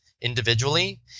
individually